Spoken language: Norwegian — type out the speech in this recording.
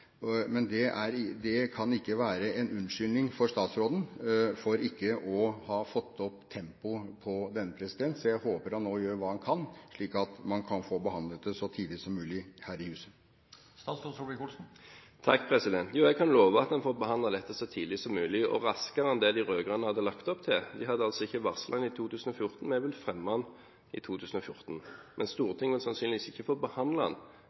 men det kan ikke være en unnskyldning for statsråden for ikke å ha fått opp tempoet. Så jeg håper han nå gjør hva han kan, slik at man kan få behandlet det så tidlig som mulig her i huset. Jo, jeg kan love at vi får behandlet dette så tidlig som mulig, og raskere enn de rød-grønne hadde lagt opp til. De hadde ikke varslet den i 2014. Vi vil fremme den i 2014, men Stortinget får sannsynligvis ikke behandlet den før sommeren – den vil komme rett etterpå. Men vi får gjort nødvendige vedtak, sånn at en holder framdriften i